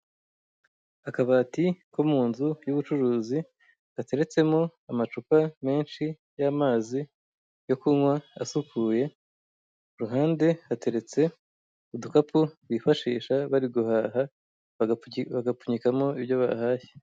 Akabati ko mu nzu, y'ubucuruzi, gateretsemo amacupa menshi y'amazi yo kunywa asukuye ku ruhande hateretse udukapu bifashisha bari guhaha bagapfunyikamo ibyo bahashye.